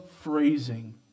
phrasing